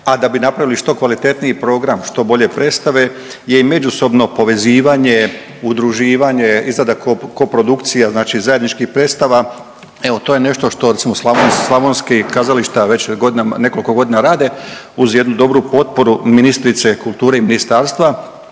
a da bi napravili što kvalitetniji program, što bolje predstave je i međusobno povezivanje, udruživanje, izrada koprodukcija, znači zajedničkih predstava, evo to je nešto što recimo slavonski kazališta već nekoliko godina rade uz jednu dobru potporu ministrice kulture i ministarstva.